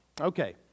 Okay